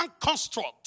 construct